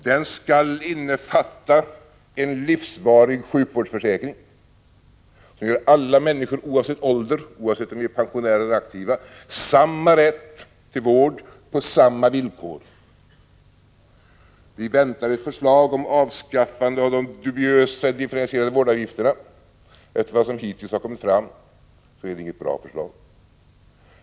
Den skall innefatta en livsvarig sjukvårdsförsäkring som ger alla människor oavsett ålder — oavsett om de är pensionärer eller aktiva — samma rätt till vård på samma villkor. Vi väntar ett förslag om avskaffande av de dubiösa differentierade vårdavgifterna. Av det som hittills kommit fram är det inget bra förslag.